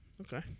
Okay